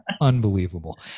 unbelievable